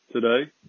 today